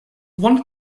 one